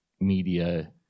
media